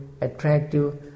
attractive